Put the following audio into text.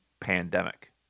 pandemic